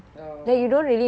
oh